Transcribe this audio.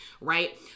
right